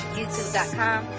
YouTube.com